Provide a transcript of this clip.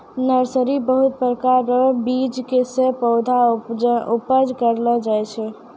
nursery बहुत प्रकार रो बीज से पौधा उपज करलो जाय छै